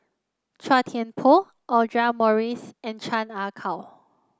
Chua Thian Poh Audra Morrice and Chan Ah Kow